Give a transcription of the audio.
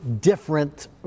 different